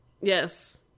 Yes